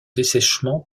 dessèchement